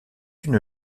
une